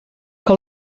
que